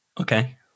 Okay